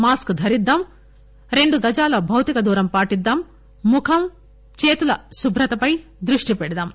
mask ధరిద్దాం రెండు గజాల భౌతిక దూరం పాటిద్దాం ముఖం చేతుల శుభ్రతపై దృష్టి పెడదాం